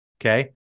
Okay